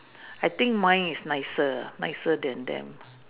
I think my is a nicer nicer thing think